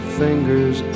fingers